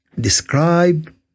describe